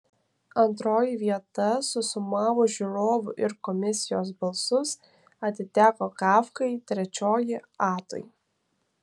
antroji vieta susumavus žiūrovų ir komisijos balsus atiteko kafkai trečioji atui